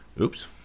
Oops